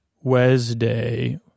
Wednesday